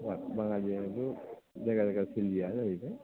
बाङालिआबो जायगा जायगा सोलियोआनो जाहैबाय